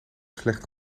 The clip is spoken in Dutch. slecht